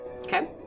Okay